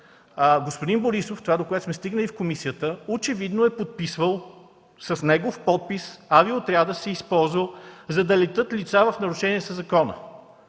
господин Борисов по това, до което е стигнала комисията, очевидно е подписвал със своя подпис и авиоотрядът се е използвал, за да летят лица в нарушение на закона.